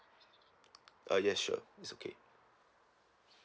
uh yes sure it's okay